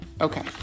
Okay